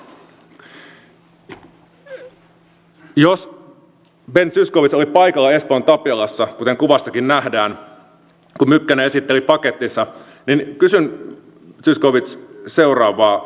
jos ben zyskowicz olit paikalla espoon tapiolassa kuten kuvastakin nähdään kun mykkänen esitteli pakettinsa niin kysyn zyskowicz seuraavaa